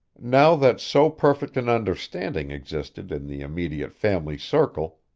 now that so perfect an understanding existed in the immediate family circle,